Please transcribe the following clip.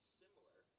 similar